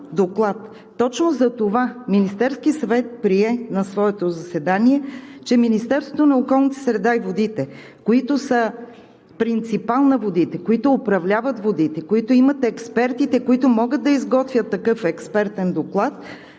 Точно затова Министерският съвет прие на своето заседание, че Министерството на околната среда и водите, които са принципал на водите, които управляват водите, които имат експертите, които могат да изготвят такъв експертен доклад,